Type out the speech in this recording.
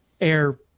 air